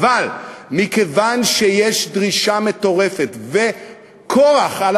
אבל מכיוון שיש דרישה מטורפת וכוח על